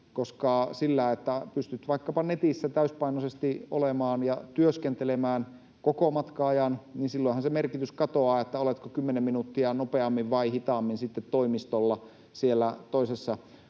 Silloinhan, jos pystyt vaikkapa netissä täysipainoisesti olemaan ja työskentelemään koko matkan ajan, katoaa sen merkitys, oletko kymmenen minuuttia nopeammin vai hitaammin sitten toimistolla siellä toisessa